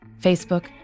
Facebook